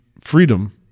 freedom